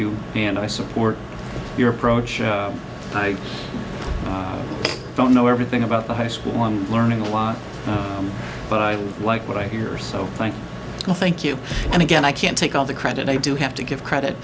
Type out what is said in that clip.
you and i support your approach i don't know everything about the high school or i'm learning a lot but i like what i hear so thank you thank you and again i can't take all the credit i do have to give credit